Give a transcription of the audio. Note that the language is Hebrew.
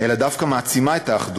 אלא דווקא מעצימה את האחדות,